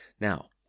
Now